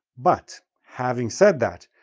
but, having said that,